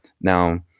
Now